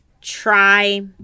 try